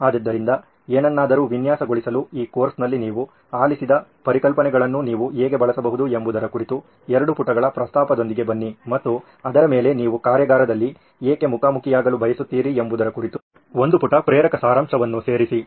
ಆದ್ದರಿಂದ ಏನನ್ನಾದರೂ ವಿನ್ಯಾಸಗೊಳಿಸಲು ಈ ಕೋರ್ಸ್ನಲ್ಲಿ ನೀವು ಆಲಿಸಿದ ಪರಿಕಲ್ಪನೆಗಳನ್ನು ನೀವು ಹೇಗೆ ಬಳಸಬಹುದು ಎಂಬುದರ ಕುರಿತು 2 ಪುಟಗಳ ಪ್ರಸ್ತಾಪದೊಂದಿಗೆ ಬನ್ನಿ ಮತ್ತು ಅದರ ಮೇಲೆ ನೀವು ಕಾರ್ಯಾಗಾರದಲ್ಲಿ ಏಕೆ ಮುಖಾಮುಖಿಯಾಗಲು ಬಯಸುತ್ತೀರಿ ಎಂಬುದರ ಕುರಿತು ಒಂದು ಪುಟ ಪ್ರೇರಕ ಸಾರಾಂಶವನ್ನು ಸೇರಿಸಿ